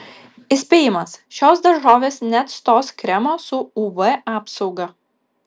įspėjimas šios daržovės neatstos kremo su uv apsauga